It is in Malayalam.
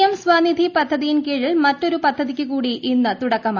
എം സ്വാനിധി പദ്ധതിയിൻ കീഴിൽ മറ്റൊരു പദ്ധതിക്ക് കൂടി ഇന്ന് തുടക്കമായി